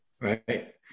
Right